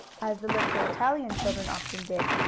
as the little italian children often did.